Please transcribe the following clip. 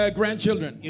grandchildren